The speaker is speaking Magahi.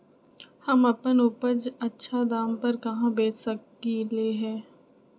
हम अपन उपज अच्छा दाम पर कहाँ बेच सकीले ह?